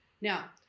now